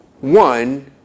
one